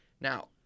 Now